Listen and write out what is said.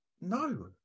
no